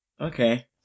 Okay